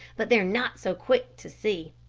but they're not so quick to see.